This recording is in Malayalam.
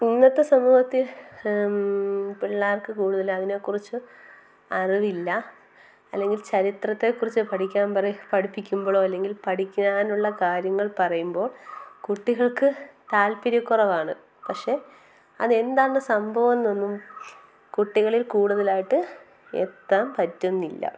ഇന്നത്തെ സമൂഹത്തിൽ പിള്ളേർക്ക് കൂടുതൽ അതിനെ കുറിച്ച് അറിവില്ല അല്ലെങ്കിൽ ചരിത്രത്തെ കുറിച്ച് പഠിക്കാൻ പഠിപ്പിക്കുമ്പഴോ അല്ലെങ്കിൽ പഠിക്കാനുള്ള കാര്യങ്ങൾ പറയുമ്പോൾ കുട്ടികൾക്ക് താല്പര്യക്കുറവാണ് പക്ഷെ അതെന്താണെന്ന് സംഭവമെന്നൊന്നും കുട്ടികളിൽ കൂടുതലായിട്ട് എത്താൻ പറ്റുന്നില്ല